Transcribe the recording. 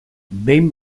behin